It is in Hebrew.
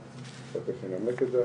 אתה רוצה לנמק את זה?